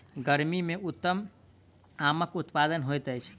गर्मी मे उत्तम आमक उत्पादन होइत अछि